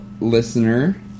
listener